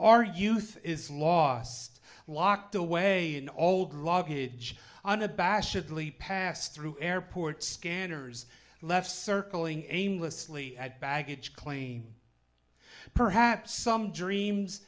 our youth is lost locked away in auld log unabashedly pass through airport scanners left circling aimlessly at baggage claim perhaps some dreams